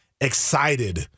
excited